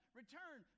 return